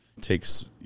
takes